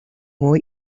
hoy